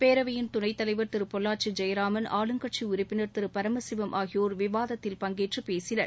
பேரவையின் துணைத்தலைவர் திரு பொள்ளாச்சி ஜெயராமன் ஆளும் கட்சி உறுப்பினர் Thiru V P V Paramasivam ஆகியோர் விவாதத்தில் பங்கேற்று பேசினர்